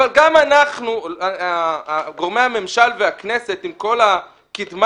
אבל גם אנחנו גורמי הממשל והכנסת עם כל הקדמה